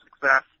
success